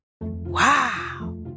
Wow